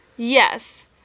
Yes